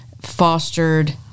fostered